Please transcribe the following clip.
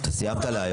עופר, אתה סיימת להיום.